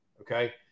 okay